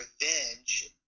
Revenge